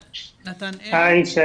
אני כאן.